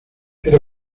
era